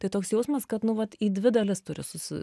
tai toks jausmas kad nu vat į dvi dalis turi susi